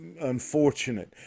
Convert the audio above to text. unfortunate